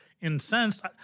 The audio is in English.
incensed